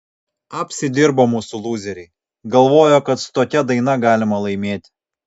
apsidirbo mūsų lūzeriai galvojo kad su tokia daina galima laimėti